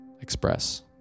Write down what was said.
express